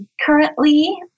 Currently